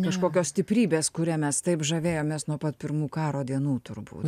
kažkokios stiprybės kuria mes taip žavėjomės nuo pat pirmų karo dienų turbūt